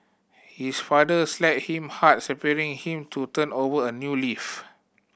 his father slapped him hard spurring him to turn over a new leaf